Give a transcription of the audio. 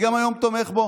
אני גם היום תומך בו.